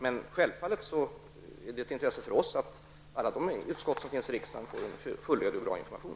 Det är självfallet ett intresse för regeringen att riksdagens alla utskott får en fullödig och bra information.